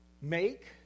make